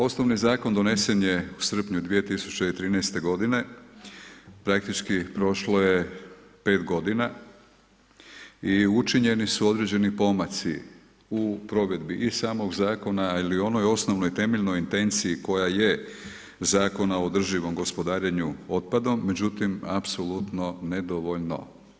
Osnovni zakon donesen je u srpnju 2013. godine, praktički prošlo je 5 godina i učinjeni su određeni pomaci u provedbi i samog zakona ili onoj osnovnoj temeljnoj intenciji koja je Zakona o održivom gospodarenju otpadom, međutim apsolutno nedovoljno.